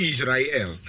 Israel